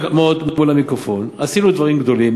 לעמוד מול המיקרופון: עשינו דברים גדולים,